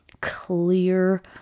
clear